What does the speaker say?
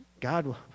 God